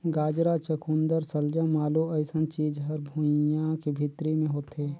गाजरा, चकुंदर सलजम, आलू अइसन चीज हर भुइंयां के भीतरी मे होथे